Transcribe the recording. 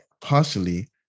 partially